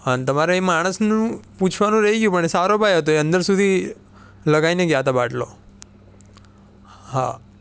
અન તમારા એ માણસનું પૂછવાનું રહી ગયું પણ એ સારો ભાઈ હતો એ અંદર સુધી લગાવીને ગયા હતા બાટલો હા